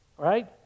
right